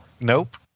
nope